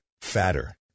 fatter